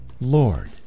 Lord